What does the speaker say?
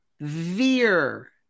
veer